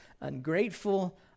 Ungrateful